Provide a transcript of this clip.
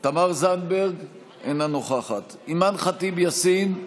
תמר זנדברג, אינה נוכחת אימאן ח'טיב יאסין,